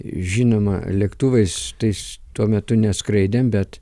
žinoma lėktuvais tais tuo metu neskraidėm bet